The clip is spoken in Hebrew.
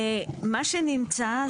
מה שנמצא.